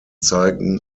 zeigen